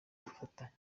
gufatanya